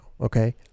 okay